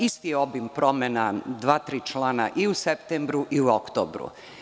Isti obim promena, dva, tri člana i u septembru i u oktobru.